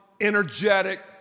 energetic